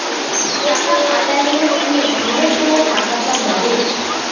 টাকা পাঠাইলে কি সঙ্গে সঙ্গে টাকাটা যাবে?